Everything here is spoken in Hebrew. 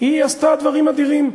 עשתה דברים אדירים,